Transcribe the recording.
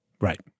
Right